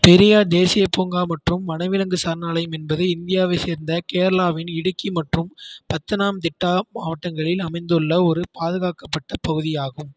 பெரியார் தேசிய பூங்கா மற்றும் வனவிலங்கு சரணாலயம் என்பது இந்தியாவை சேர்ந்த கேரளாவின் இடுக்கி மற்றும் பத்தனம்திட்டா மாவட்டங்களில் அமைந்துள்ள ஒரு பாதுகாக்கப்பட்ட பகுதியாகும்